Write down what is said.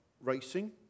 racing